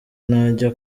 najya